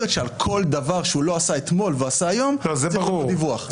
שעל כל דבר שהוא לא עשה אתמול והוא עשה היום צריך דיווח.